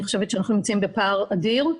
אני חושבת שאנחנו נמצאים בפער אדיר.